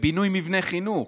בבינוי מבני חינוך,